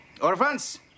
orphans